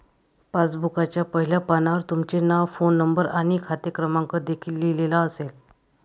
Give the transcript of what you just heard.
पासबुकच्या पहिल्या पानावर तुमचे नाव, फोन नंबर आणि खाते क्रमांक देखील लिहिलेला असेल